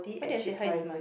why did I say high demand